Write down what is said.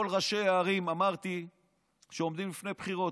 כל ראשי הערים שעומדים לפני בחירות,